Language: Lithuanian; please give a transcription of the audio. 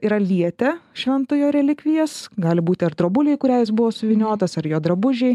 yra lietę šventojo relikvijas gali būti ar drobulė į kurią jis buvo suvyniotas ar jo drabužiai